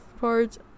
parts